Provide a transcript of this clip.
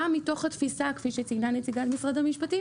גם מתוך התפיסה כפי שציינה נציגת משרד המשפטים